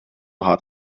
hart